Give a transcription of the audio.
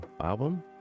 album